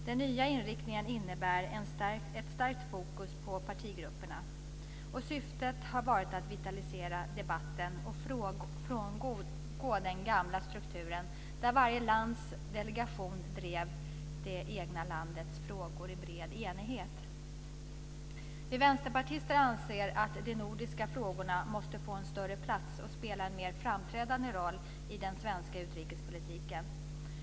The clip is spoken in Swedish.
Den nya inriktningen innebär ett starkt fokus på partigrupperna. Syftet har varit att vitalisera debatten och frångå den gamla strukturen där varje lands delegation drev det egna landets frågor i bred enighet. Vi vänsterpartister anser att de nordiska frågorna måste få en större plats och spela en mer framträdande roll i den svenska utrikespolitiken.